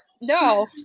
no